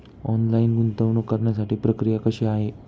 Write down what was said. Online गुंतवणूक करण्यासाठी प्रक्रिया कशी आहे?